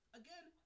again